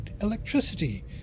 electricity